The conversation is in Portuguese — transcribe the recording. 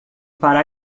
para